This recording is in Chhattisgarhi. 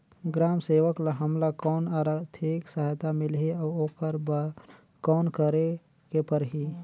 ग्राम सेवक ल हमला कौन आरथिक सहायता मिलही अउ ओकर बर कौन करे के परही?